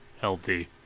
healthy